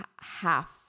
half